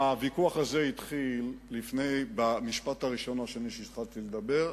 הוויכוח הזה התחיל במשפט הראשון או השני שהתחלתי לומר.